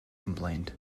complained